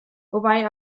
wobei